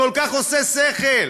כל כך עושה שכל.